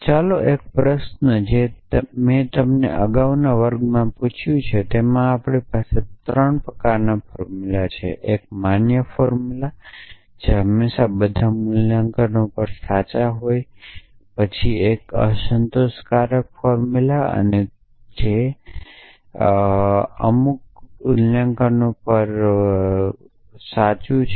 તેથી ચાલો એક પ્રશ્ન જે મેં તમને અગાઉના વર્ગમાં પૂછ્યું હતું તેમાં આપણી પાસે 3 પ્રકારના ફોર્મુલા છે એક માન્ય ફોર્મ્યુલા છે જે હંમેશાં બધા મૂલ્યાંકન પર સાચા હોય ત્યાં સંતોષકારક ફોર્મુલા છે જે કેટલાક મૂલ્યાંકન હેઠળ સાચા હોય છે